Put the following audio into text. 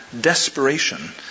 desperation